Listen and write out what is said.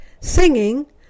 singing